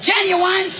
genuine